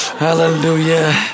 Hallelujah